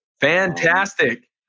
Fantastic